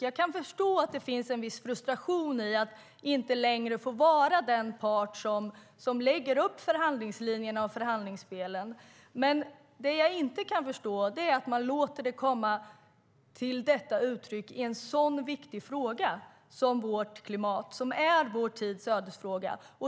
Jag kan förstå att det ligger en viss frustration i att inte längre få vara den part som lägger upp förhandlingslinjerna och förhandlingsspelen. Men det jag inte kan förstå är att man låter detta komma till uttryck i en så viktig fråga som vårt klimat som är vår tids ödesfråga.